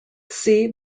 see